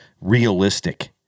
realistic